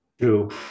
Two